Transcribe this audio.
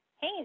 Hey